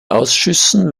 ausschüssen